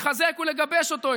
לחזק ולגבש אותו,